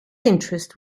interest